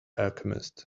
alchemist